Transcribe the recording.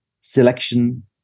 selection